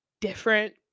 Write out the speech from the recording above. different